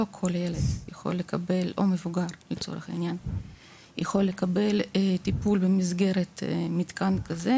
לא כל ילד ומבוגר יכולים לקבל טיפול במתקן כזה.